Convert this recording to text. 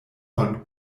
von